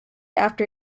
after